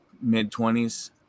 mid-20s